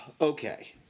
Okay